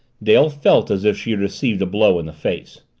dale felt as if she had received a blow in the face.